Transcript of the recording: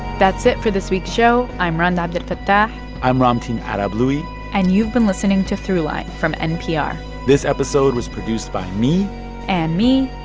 that's it for this week's show. i'm rund abdelfatah i'm ramtin arablouei and you've been listening to throughline from npr this episode was produced by me and me.